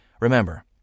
Remember